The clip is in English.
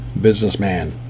businessman